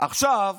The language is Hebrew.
עכשיו,